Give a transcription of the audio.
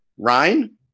Ryan